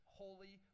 holy